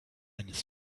and